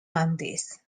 counties